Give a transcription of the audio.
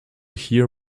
hear